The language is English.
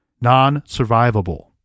non-survivable